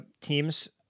teams